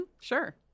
Sure